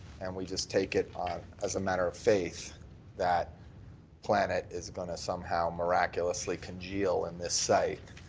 and we just take it ah as a matter of faith that planet is going to somehow miraculously congeal in this site,